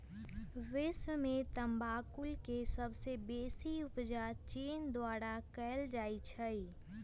विश्व में तमाकुल के सबसे बेसी उपजा चीन द्वारा कयल जाइ छै